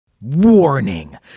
Warning